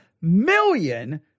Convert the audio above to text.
million